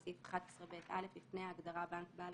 (1)בסעיף 11ב(א) (א)לפני ההגדרה "בנק בעל